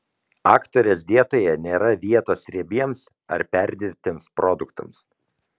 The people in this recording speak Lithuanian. aktorės dietoje nėra vietos riebiems ar perdirbtiems produktams